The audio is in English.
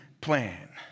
plan